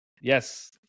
Yes